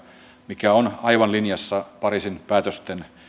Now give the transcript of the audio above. mikä on aivan linjassa pariisin päätösten